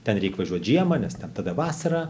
ten reik važiuot žiemą nes tada vasara